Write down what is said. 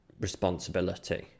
responsibility